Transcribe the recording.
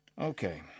Okay